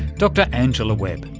dr angela webb,